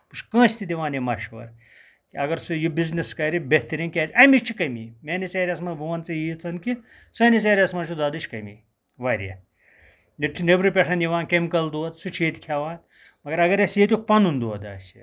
بہٕ چھُس کٲنٛسہِ تہِ دِوان یہٕ مَشوَر کہ اَگَر سُہ یہٕ بِزنٮ۪س کَرٕ بہترین کیازٕ امِچ چھِ کمی میٲنِس ایریا ہَس مَنٛز بہٕ وَنہٕ ژےٚ ییٖژ ہِن کہٕ سٲنِس ایریا ہَس مَنٛز چھِ دۄدٕچ کٔمی واریاہ ییٚتہٕ چھُ نٮ۪برٕ پٮ۪ٹھ یِوان کیٚمکَ دۄد سُہ چھِ ییٚتہٕ کھیٚوان مگر اگر اَسہٕ ییٚتیُک پَنُن دۄد آسہٕ ہا